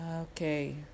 Okay